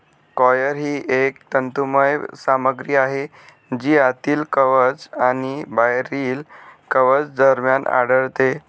coir ही एक तंतुमय सामग्री आहे जी आतील कवच आणि बाहेरील कवच दरम्यान आढळते